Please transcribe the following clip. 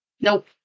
Nope